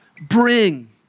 bring